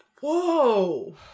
Whoa